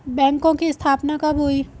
बैंकों की स्थापना कब हुई?